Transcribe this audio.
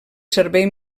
servei